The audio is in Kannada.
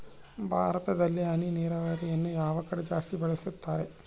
ಭಾರತದಲ್ಲಿ ಹನಿ ನೇರಾವರಿಯನ್ನು ಯಾವ ಕಡೆ ಜಾಸ್ತಿ ಬಳಸುತ್ತಾರೆ?